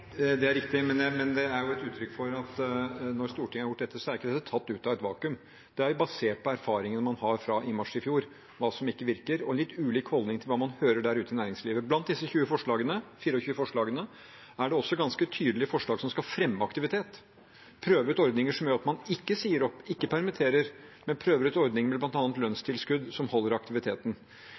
det rettet jeg også opp igjen. Det er riktig, men det er jo et uttrykk for at når Stortinget har gjort dette, så er det ikke tatt ut av et vakuum. Det er jo basert på erfaringene man har fra mars i fjor, om hva som ikke virker, og litt ulik holdning til hva man hører der ute i næringslivet. Blant disse 24 forslagene er det også ganske tydelige forslag som skal fremme aktivitet – prøve ut ordninger som gjør at man ikke sier opp, ikke permitterer, men prøver ut ordninger med bl.a. lønnstilskudd, som holder aktiviteten